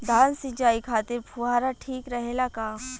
धान सिंचाई खातिर फुहारा ठीक रहे ला का?